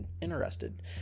interested